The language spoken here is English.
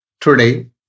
Today